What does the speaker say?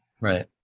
Right